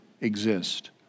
exist